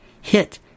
hit